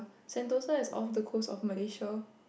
Sentosa is off the coast of Malaysia